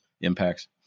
impacts